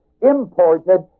imported